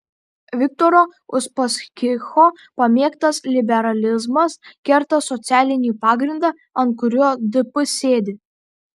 viktoro uspaskicho pamėgtas liberalizmas kerta socialinį pagrindą ant kurio dp sėdi